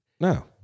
No